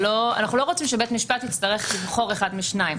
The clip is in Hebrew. אנחנו לא רוצים שבית משפט יצטרך לבחור אחד משניים.